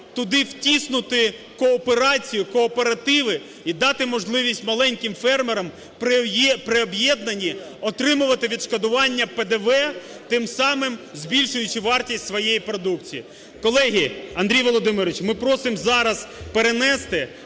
туди втиснути кооперацію, кооперативи і дати можливість маленьким фермерам при об'єднанні отримувати відшкодування ПДВ, тим самим збільшуючи вартість своєї продукції. Колеги! Андрій Володимирович! Ми просимо зараз перенести,